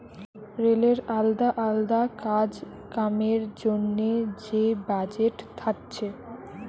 রেলের আলদা আলদা কাজ কামের জন্যে যে বাজেট থাকছে